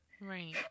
Right